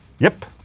yep